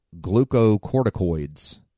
glucocorticoids